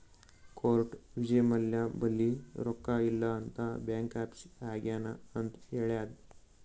court Vijay Mallya ಬಲ್ಲಿ ರೊಕ್ಕಾ ಇಲ್ಲ ಅಂತ ಬ್ಯಾಂಕ್ರಪ್ಸಿ ಆಗ್ಯಾನ್ ಅಂತ್ ಹೇಳ್ಯಾದ್